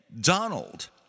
Donald